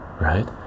right